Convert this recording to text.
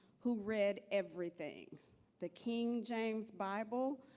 who read everything the king james bible,